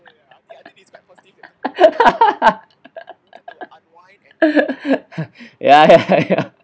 ya ya ya